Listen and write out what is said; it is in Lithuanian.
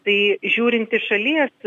tai žiūrint iš šalies